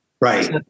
Right